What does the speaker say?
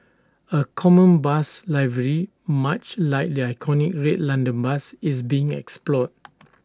A common bus livery much like the iconic red London bus is being explored